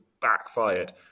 backfired